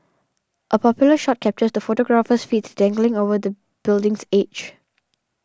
a popular shot captures the photographer's feet dangling over the building's edge